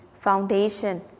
foundation